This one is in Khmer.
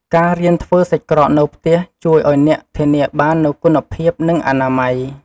ការរៀនធ្វើសាច់ក្រកនៅផ្ទះជួយឱ្យអ្នកធានាបាននូវគុណភាពនិងអនាម័យ។